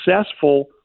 successful